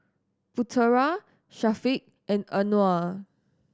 Putera Syafiq and Anuar